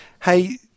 Hey